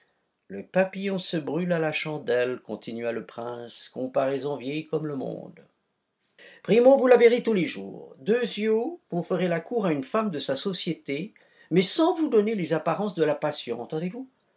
le papillon se brûle à la chandelle continua le prince comparaison vieille comme le monde o vous la verrez tous les jours o vous ferez la cour à une femme de sa société mais sans vous donner les apparences de la passion entendez-vous